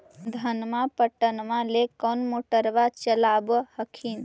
धनमा पटबनमा ले कौन मोटरबा चलाबा हखिन?